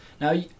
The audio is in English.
Now